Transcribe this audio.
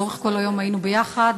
לאורך כל היום היינו ביחד,